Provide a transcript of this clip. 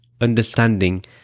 understanding